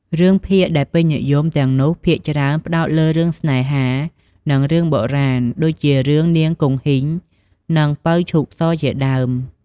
រឿងភាគដែលពេញនិយមទាំងនោះ ភាគច្រើនផ្ដោតលើរឿងស្នេហា និងរឿងបុរាណ ដូចជារឿង 'នាងគង្ហីង' និង 'ពៅឈូកស' ជាដើម។